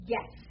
Yes